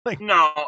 No